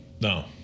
No